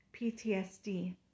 PTSD